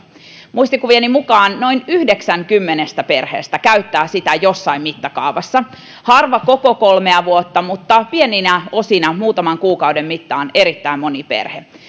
muistikuvieni mukaan noin yhdeksän kymmenestä perheestä käyttää sitä jossain mittakaavassa harva koko kolmea vuotta mutta pieninä osina muutaman kuukauden mittaan erittäin moni perhe